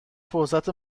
فرصت